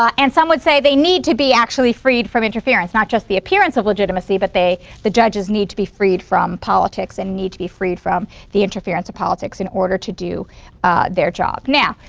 um and some would say they need to be actually freed from interference, not just the appearance of legitimacy but they the judges need to be freed from politics and need to be freed from the interference of politics in order to do their job. now,